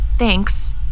Thanks